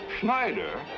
Schneider